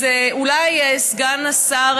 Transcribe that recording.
אולי סגן השר,